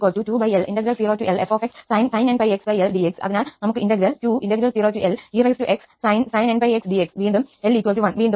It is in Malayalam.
അതിനാൽ നമുക്ക് ഇന്റഗ്രൽ 20lexsin nπx dx വീണ്ടും l1 വീണ്ടും